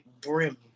brim